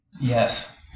Yes